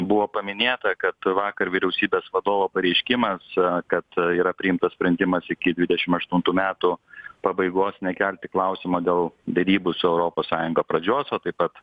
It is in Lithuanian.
buvo paminėta kad vakar vyriausybės vadovo pareiškimas kad yra priimtas sprendimas iki dvidešim aštuntų metų pabaigos nekelti klausimo dėl derybų su europos sąjunga pradžios o taip pat